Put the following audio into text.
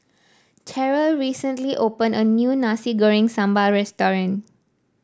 Terrell recently opened a new Nasi Goreng Sambal Restaurant